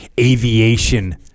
aviation